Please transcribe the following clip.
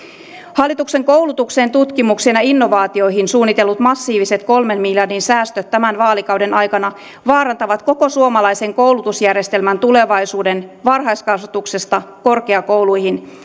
hallituksen koulutukseen tutkimukseen ja innovaatioihin suunnitellut massiiviset kolmen miljardin säästöt tämän vaalikauden aikana vaarantavat koko suomalaisen koulutusjärjestelmän tulevaisuuden varhaiskasvatuksesta korkeakouluihin